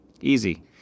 Easy